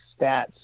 stats